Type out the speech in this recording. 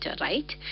right